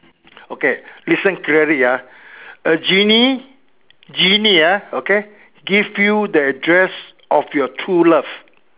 okay listen clearly ah a genie genie ah okay give you the address of your true love